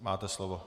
Máte slovo.